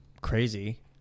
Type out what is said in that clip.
crazy